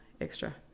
extra